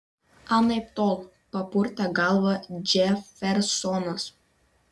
anaiptol papurtė galvą džefersonas